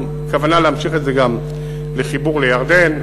עם כוונה להמשיך את זה גם לחיבור לירדן,